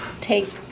take